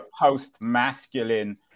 post-masculine